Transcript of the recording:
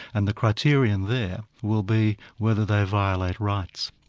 and the criterion there will be whether they violate rights.